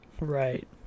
Right